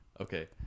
okay